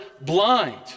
blind